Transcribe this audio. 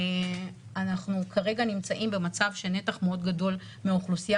אנחנו כרגע נמצאים במצב שנתח מאוד גדול מהאוכלוסייה,